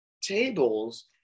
tables